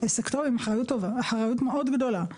עסק טוב עם אחריות מאוד גדולה.